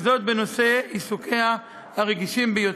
וזאת בנושא עיסוקיה הרגישים ביותר.